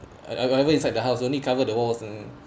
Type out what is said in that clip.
I I mean inside the house only cover the walls and